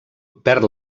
perd